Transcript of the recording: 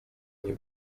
nie